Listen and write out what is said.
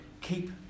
keep